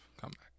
comeback